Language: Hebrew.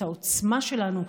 את העוצמה שלנו,